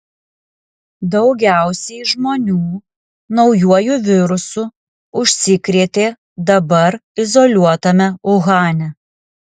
daugiausiai žmonių naujuoju virusu užsikrėtė dabar izoliuotame uhane